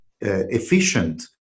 efficient